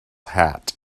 hat